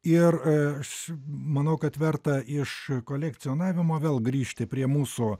ir aš manau kad verta iš kolekcionavimo vėl grįžti prie mūsų